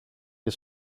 και